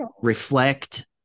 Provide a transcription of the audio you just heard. reflect